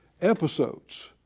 episodes